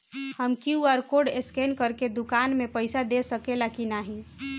हम QR code scan करके दुकान में पईसा दे सकेला की नाहीं?